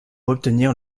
obtenir